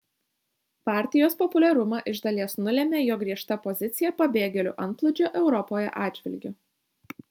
partijos populiarumą iš dalies nulėmė jo griežta pozicija pabėgėlių antplūdžio europoje atžvilgiu